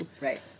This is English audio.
Right